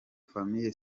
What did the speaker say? family